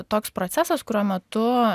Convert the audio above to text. toks procesas kurio metu